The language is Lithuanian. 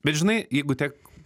bet žinai jeigu tiek